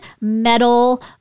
metal